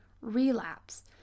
relapse